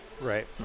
Right